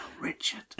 Richard